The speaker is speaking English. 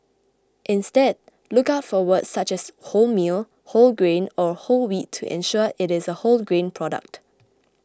instead look out for words such as wholemeal whole grain or whole wheat to ensure it is a wholegrain product